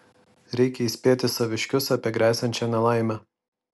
reikia įspėti saviškius apie gresiančią nelaimę